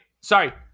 Sorry